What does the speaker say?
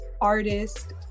artist